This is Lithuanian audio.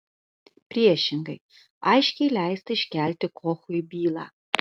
priešingai aiškiai leista iškelti kochui bylą